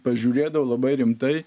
pažiūrėdavo labai rimtai